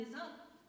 up